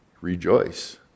rejoice